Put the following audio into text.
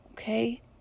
Okay